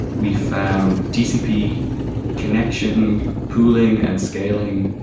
we found tcp connection, pooling and scaling.